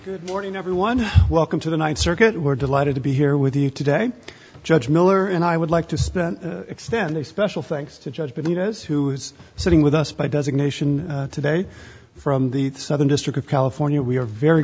good morning everyone welcome to the th circuit we're delighted to be here with you today judge miller and i would like to spend extend a special thanks to judge but he knows who is sitting with us by designation today from the southern district of california we are very